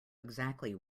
exactly